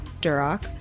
Duroc